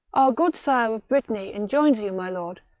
our good sire of brittany enjoins you, my lord,